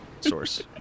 source